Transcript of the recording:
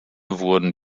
wurden